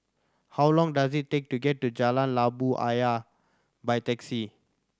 how long does it take to get to Jalan Labu Ayer by taxi